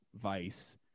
vice